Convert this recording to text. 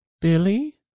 Billy